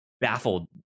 baffled